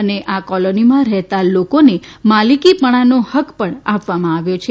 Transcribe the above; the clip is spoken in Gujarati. અને આ કોલોનીમાં રહેતા લોકોને માલિકીપણાનો હક્ક પણ આપવામાં આવ્યો છે